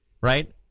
right